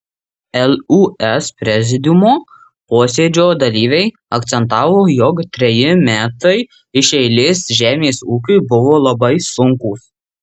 lūs prezidiumo posėdžio dalyviai akcentavo jog treji metai iš eilės žemės ūkiui buvo labai sunkūs